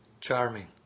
charming